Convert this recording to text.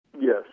Yes